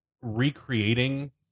recreating